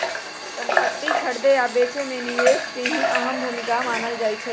संपति खरीदे आ बेचे मे निवेश के भी अहम भूमिका मानल जाई छई